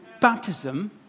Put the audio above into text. baptism